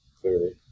Clearly